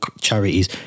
charities